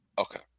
Okay